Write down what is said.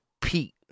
Pete